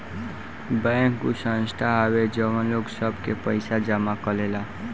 bank उ संस्था हवे जवन लोग सब के पइसा जमा करेला